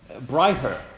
brighter